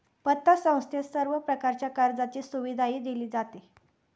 पतसंस्थेत सर्व प्रकारच्या कर्जाची सुविधाही दिली जाते